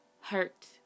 hurt